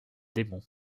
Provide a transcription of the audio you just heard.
démon